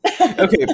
Okay